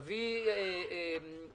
מנכ"ל משרד הפנים,